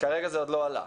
כרגע זה עוד לא עלה.